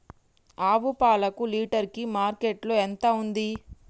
ఆవు పాలకు లీటర్ కి మార్కెట్ లో ఎంత ఉంది?